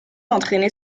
entraînait